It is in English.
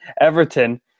Everton